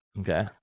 Okay